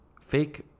Fake